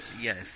Yes